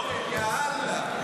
יאללה.